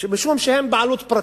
משום שהם בבעלות פרטית,